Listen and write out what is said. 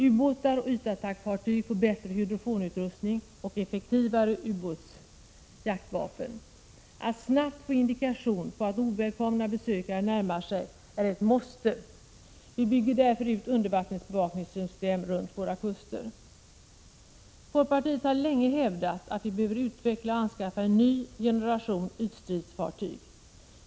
Ubåtar och ytattackfartyg får bättre hydrofonutrustning och effektivare utbåtsjakt 49 vapen. Att snabbt få indikation på att ovälkomna besökare närmar sig är ett måste. Vi bygger därför ut undervattensbevakningssystem runt våra kuster. Folkpartiet har länge hävdat att vi behöver utveckla och anskaffa en ny generation ytstridsfartyg.